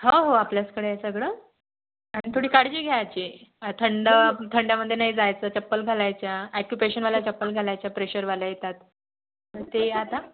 हो हो आपल्याचकडे आहे सगळं आणि थोडी काळजी घ्यायची थंड थंड्यामध्ये नाही जायचं चप्पल घालायच्या ॲक्युपेशनवाल्या चप्पल घालायच्या प्रेशरवाल्या येतात ते आता